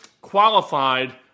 qualified